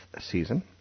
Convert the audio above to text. season